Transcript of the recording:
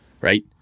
Right